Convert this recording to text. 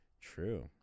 true